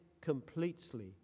completely